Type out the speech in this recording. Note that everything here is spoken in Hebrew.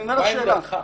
מה עמדתך?